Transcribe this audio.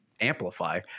amplify